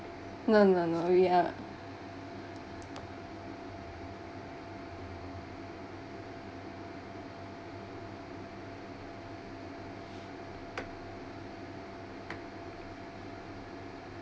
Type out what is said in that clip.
no no no we are